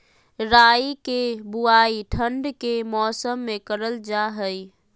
राई के बुवाई ठण्ड के मौसम में करल जा हइ